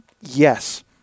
yes